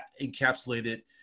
encapsulated